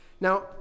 Now